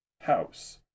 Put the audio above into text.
house